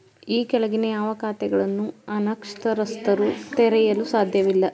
ಈ ಕೆಳಗಿನ ಯಾವ ಖಾತೆಗಳನ್ನು ಅನಕ್ಷರಸ್ಥರು ತೆರೆಯಲು ಸಾಧ್ಯವಿಲ್ಲ?